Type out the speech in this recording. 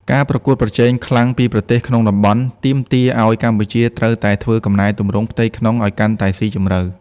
ការប្រកួតប្រជែងខ្លាំងពីប្រទេសក្នុងតំបន់ ទាមទារឱ្យកម្ពុជាត្រូវតែធ្វើកំណែទម្រង់ផ្ទៃក្នុងឱ្យកាន់តែស៊ីជម្រៅ។